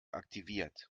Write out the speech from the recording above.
aktiviert